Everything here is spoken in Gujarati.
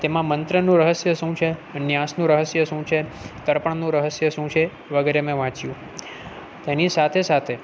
તેમાં મંત્રનું રહસ્ય શું છે ન્યાસનું રહસ્ય શું છે તર્પણનું રહસ્ય શું છે વગેરે મેં વાંચ્યું તેની સાથે સાથે